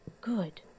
good